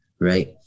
right